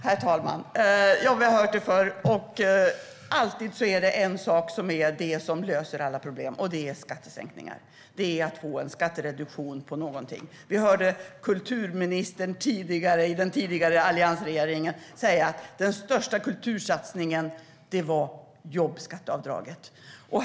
Herr talman! Vi har hört det förr! Alltid är det en sak som löser alla problem, nämligen skattesänkningar, att få en reduktion på något. Vi hörde kulturministern i den tidigare alliansregeringen säga att den största kultursatsningen var jobbskatteavdraget.